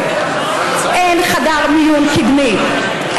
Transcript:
אין חדר מיון קדמי,